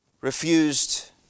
refused